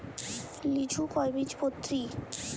লিচু কয় বীজপত্রী?